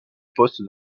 poste